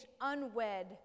unwed